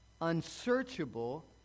Unsearchable